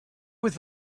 was